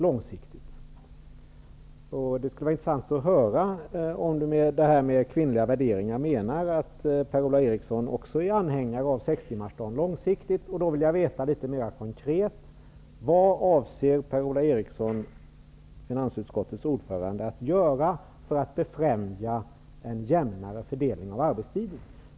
Det skulle vara intressant att höra om Per-Ola Erikssons tal om ''kvinnliga värderingar'' innebär att han också är anhängare av att sex timmars arbetsdag införs på sikt. I så fall vill jag litet mer konkret få veta vad Per-Ola Eriksson, finansutskottets ordförande, avser att göra för att befrämja en jämnare fördelning av arbetstiden.